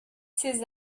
ses